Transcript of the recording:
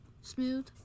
Smooth